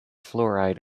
fluoride